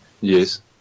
Yes